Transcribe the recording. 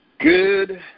Good